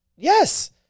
Yes